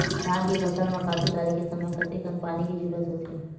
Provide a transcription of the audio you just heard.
धान के फसल म खातु डाले के समय कतेकन पानी के जरूरत होथे?